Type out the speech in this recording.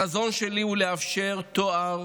החזון שלי הוא לאפשר תואר